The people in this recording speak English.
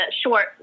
short